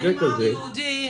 האם זה שווה?